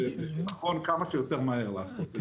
ונכון כמה שיותר מהר לעשות את זה.